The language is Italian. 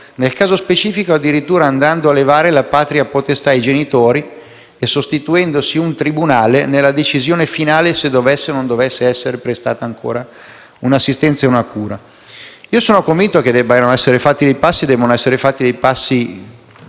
nel caso specifico, addirittura, andando a togliere la patria potestà ai genitori e sostituendosi un tribunale nella decisione finale se dovesse o meno essere prestata ancora un'assistenza, una cura. Sono convinto che debbano essere fatti passi molto importanti nella